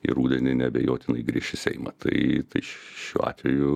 ir rudenį neabejotinai grįš į seimą tai šiuo atveju